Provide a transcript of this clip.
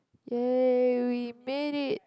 !yay! we made it